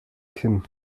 kinn